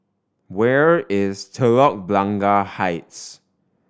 where is Telok Blangah Heights